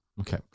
Okay